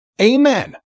Amen